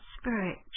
spirit